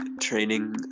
training